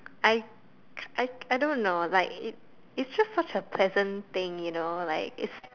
I I I don't know like it it's just such a pleasant thing you know like